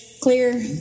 clear